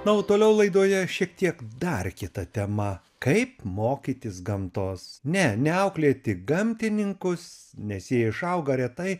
na o toliau laidoje šiek tiek dar kita tema kaip mokytis gamtos ne ne auklėti gamtininkus nes jie išauga retai